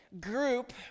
group